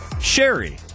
Sherry